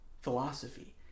philosophy